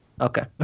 Okay